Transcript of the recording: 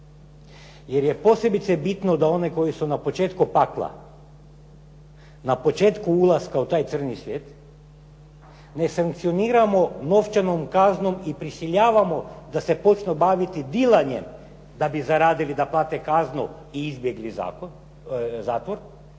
jer je posebice bitno da one koji su na početku pakla, na početku ulaska u taj crni svijet ne sankcioniramo novčanom kaznom i ne prisiljavamo da se počnu baviti dilanjem da bi zaradili, da plate kaznu i izbjegli zatvor,